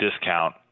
discount